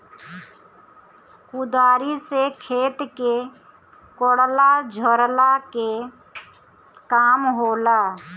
कुदारी से खेत के कोड़ला झोरला के काम होला